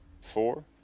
four